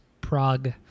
Prague